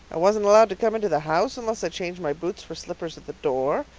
i wasn't allowed to come into the house unless i changed my boots for slippers at the door.